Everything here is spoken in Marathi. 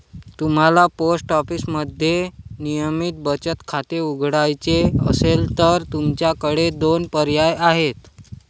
तुम्हाला पोस्ट ऑफिसमध्ये नियमित बचत खाते उघडायचे असेल तर तुमच्याकडे दोन पर्याय आहेत